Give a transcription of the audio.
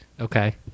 Okay